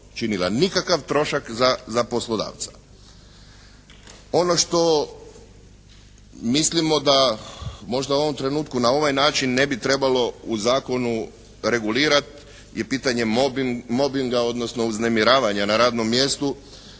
nikakav trošak za poslodavca. Ono što mislimo možda u ovom trenutku na ovaj način ne bi trebalo u zakonu regulirati je pitanje mobinga, odnosno uznemiravanja na radnom mjestu.